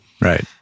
Right